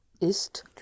ist